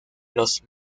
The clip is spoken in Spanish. los